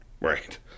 right